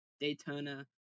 Daytona